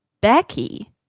Becky